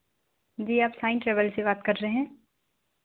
जी आप साईं ट्रैवल्स से बात कर रहे हैं